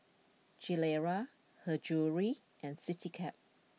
Gilera Her Jewellery and Citycab